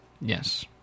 Yes